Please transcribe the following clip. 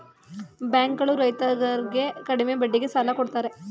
bank ಗಳು ರೈತರರ್ಗೆ ಕಡಿಮೆ ಬಡ್ಡಿಗೆ ಸಾಲ ಕೊಡ್ತಾರೆ